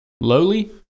lowly